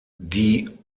die